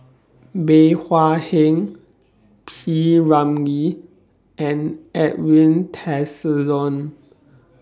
Bey Hua Heng P Ramlee and Edwin Tessensohn